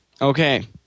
Okay